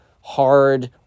hard